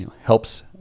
helps